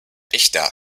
echter